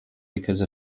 because